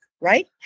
right